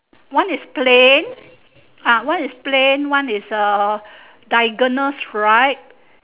one is plain ah one is plain one is uh diagonal stripe